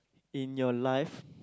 in your life